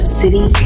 city